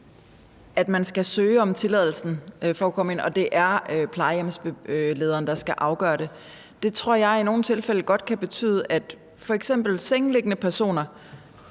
at man skal søge om tilladelsen for at komme ind og det er plejehjemslederen, der skal afgøre det, tror jeg i nogle tilfælde godt kan gøre det svært. Hvad angår patienter,